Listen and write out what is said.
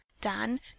dan